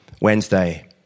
Wednesday